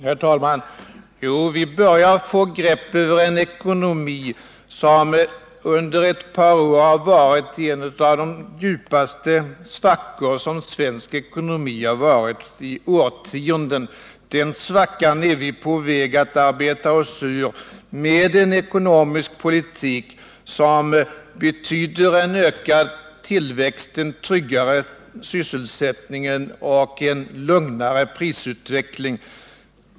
Herr talman! Jo, vi börjar få grepp om en ekonomi som under ett par år varit nere i en av de djupaste svackor som svensk ekonomi varit i på årtionden. Den svackan är vi på väg att arbeta oss upp ur med en ekonomisk politik som betyder en ökad tillväxt, en tryggare sysselsättning och en lugnare prisutveckling.